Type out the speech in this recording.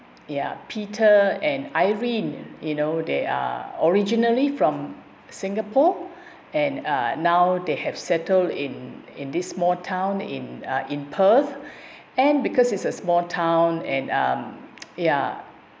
ya peter and irene you know they are originally from singapore and uh now they have settled in in this small town in uh in perth and because it's a small town and um ya